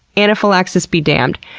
anaphylaxis be damned.